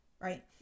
right